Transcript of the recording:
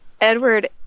Edward